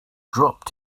dropped